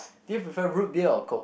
do you prefer root beer or coke